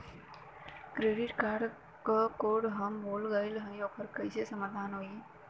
Credit card क code हम भूल गइली ओकर कोई समाधान बा?